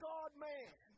God-Man